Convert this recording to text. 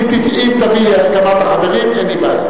אם תביא לי את הסכמת החברים, אין לי בעיה.